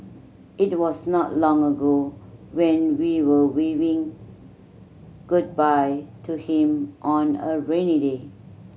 it was not long ago when we were waving goodbye to him on a rainy day